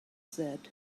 said